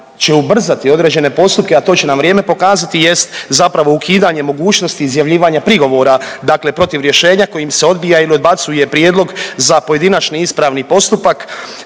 će ubrzati određene postupke, a to će nam vrijeme pokazati jest zapravo ukidanje mogućnosti izjavljivanja prigovora dakle protiv rješenja kojim se odbija ili odbacuje prijedlog za pojedinačni ispravni postupak